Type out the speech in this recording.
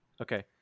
Okay